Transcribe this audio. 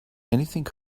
anything